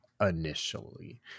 initially